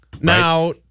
Now